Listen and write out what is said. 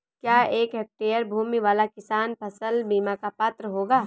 क्या एक हेक्टेयर भूमि वाला किसान फसल बीमा का पात्र होगा?